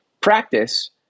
Practice